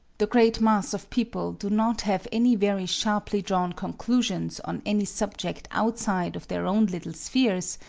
the great mass of people do not have any very sharply-drawn conclusions on any subject outside of their own little spheres,